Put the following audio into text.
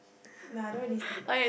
nah I don't really sleep